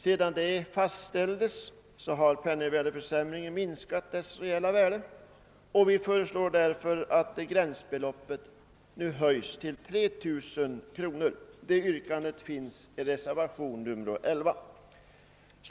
Sedan detta fastställdes har avdragets reella värde minskat genom penningvärdesförsämringen, och vi föreslår därför att gränsbeloppet höjs till 3 000 kr. Detta yrkande framförs i reservationen 11.